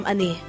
Ani